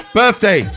birthday